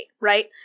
right